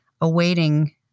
awaiting